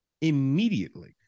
immediately